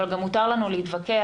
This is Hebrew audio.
אבל גם מותר לנו להתווכח,